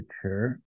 future